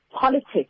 politics